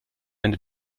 ende